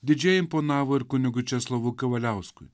didžiai imponavo ir kunigui česlovui kavaliauskui